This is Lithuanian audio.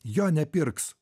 jo nepirks